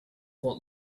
what